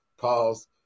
pause